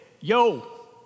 yo